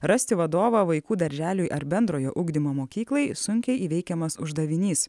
rasti vadovą vaikų darželiui ar bendrojo ugdymo mokyklai sunkiai įveikiamas uždavinys